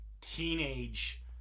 teenage